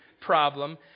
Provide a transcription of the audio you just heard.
problem